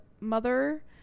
mother